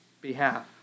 behalf